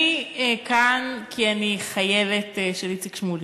אני כאן כי אני חייבת של איציק שמולי.